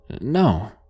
No